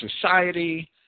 society